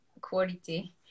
quality